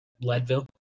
Leadville